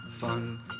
Fun